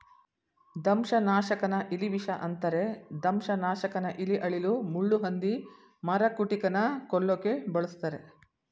ದಂಶನಾಶಕನ ಇಲಿವಿಷ ಅಂತರೆ ದಂಶನಾಶಕನ ಇಲಿ ಅಳಿಲು ಮುಳ್ಳುಹಂದಿ ಮರಕುಟಿಕನ ಕೊಲ್ಲೋಕೆ ಬಳುಸ್ತರೆ